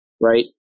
right